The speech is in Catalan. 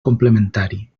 complementari